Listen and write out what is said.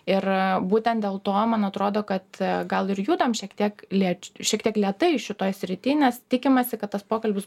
ir būtent dėl to man atrodo kad gal ir judam šiek tiek lėč šiek tiek lėtai šitoj srity nes tikimasi kad tas pokalbis